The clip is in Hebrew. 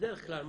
ובדרך כלל,